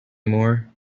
more